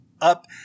up